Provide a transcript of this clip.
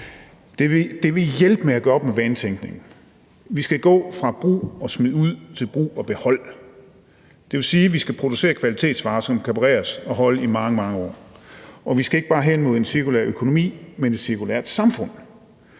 Det vil hjælpe med at gøre op med vanetænkningen. Vi skal gå fra brug og smid væk til brug og behold. Det vil sige, at vi skal producere kvalitetsvarer, som kan repareres og holde i mange, mange år, og vi skal ikke bare have en cirkulær økonomi, men et cirkulært samfund.